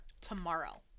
tomorrow